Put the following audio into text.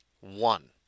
One